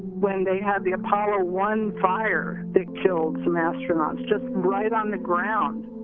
when they had the apollo one fire, that killed some astronauts just right on the ground,